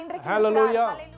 Hallelujah